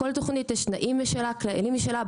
לכל תוכנית יש תנאים משלה, כללים משלה.